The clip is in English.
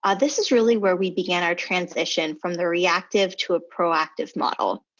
ah this is really where we began our transition from the reactive to a proactive model.